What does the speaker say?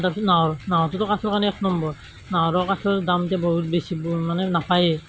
তাৰপাছত নাহৰ নাহৰটোতো কাঠৰ কাৰণে এক নম্বৰ নাহৰ কাঠৰ দামটো বহুত বেছি মানে নাপায়েই